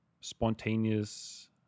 spontaneous